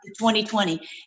2020